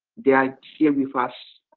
they are here with us,